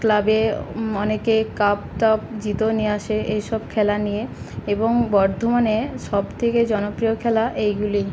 ক্লাবে অনেকে কাপ টাপ জিতেও নিয়ে আসে এই সব খেলা নিয়ে এবং বর্ধমানে সব থেকে জনপ্রিয় খেলা এইগুলোই